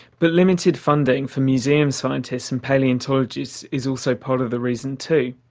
but limited funding for museum scientists and palaeontologists is also part of the reason too.